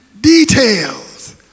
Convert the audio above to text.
details